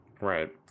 right